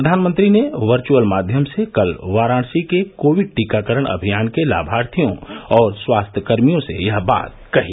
प्रधानमंत्री ने वचुर्अल माध्यम से कल वाराणसी के कोविड टीकाकरण अभियान के लामार्थियों और स्वास्थ्य कर्मियों से यह बात कही